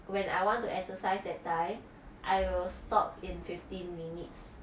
when I want to exercise that time I will stop in fifteen minutes